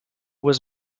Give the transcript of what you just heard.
was